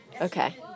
Okay